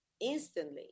instantly